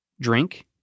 drink